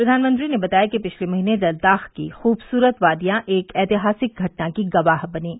प्रधानमंत्री ने बताया कि पिछले महीने लद्दाख की खूबसूरत वादियां एक ऐतिहासिक घटना की गवाह बनीं